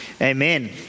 amen